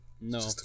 no